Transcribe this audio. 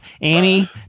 Annie